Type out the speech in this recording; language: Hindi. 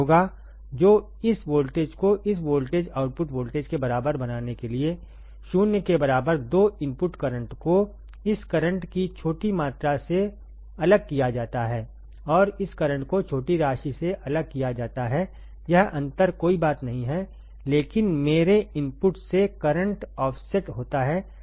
तो इस वोल्टेज को इस वोल्टेज आउटपुट वोल्टेज के बराबर बनाने के लिए 0 के बराबर 2 इनपुट करंट को इस करंट की छोटी मात्रा से अलग किया जाता है और इस करंट को छोटी राशि से अलग किया जाताहैयह अंतर कोईबातनहींहै लेकिन मेरे इनपुट से करंट ऑफसेट होता है